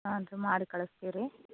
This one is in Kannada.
ಹಾಂ ರೀ ಮಾಡಿ ಕಳ್ಸ್ತೀವಿ ರೀ